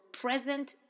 present